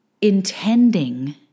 intending